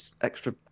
extra